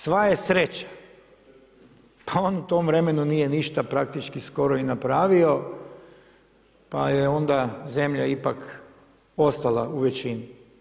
Sva je sreća, pa on u tom vremenu nije ništa praktički skoro i napravio, pa je onda zemlja ipak ostala u većini.